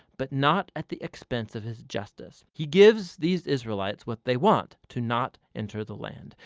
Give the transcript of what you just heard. but not at the expense of his justice. he gives these israelites what they want to not enter the land.